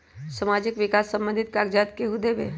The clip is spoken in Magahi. समाजीक विकास संबंधित कागज़ात केहु देबे?